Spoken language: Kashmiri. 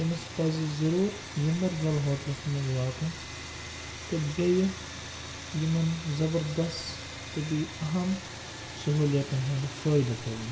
تٔمِس پَزِ ضروٗر یَمبرزَل ہوٹلَس منٛز واتُن تہٕ بیٚیہِ یِمَن زبردَس تہٕ بیٚیہِ اَہم سہوٗلیتن ہُنٛد فٲیدٕ تُلُن